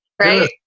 Right